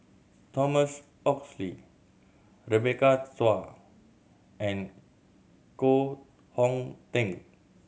Thomas Oxley Rebecca Chua and Koh Hong Teng